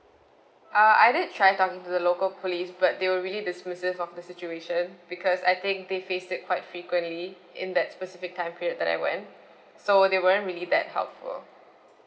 uh I did try talking to the local police but they were really dismissive of the situation because I think they face it quite frequently in that specific time period that I went so they weren't really that helpful